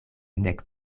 nek